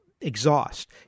exhaust